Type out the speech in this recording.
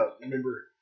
remember